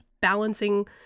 balancing